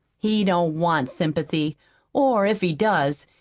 he don't want sympathy or, if he does,